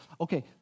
Okay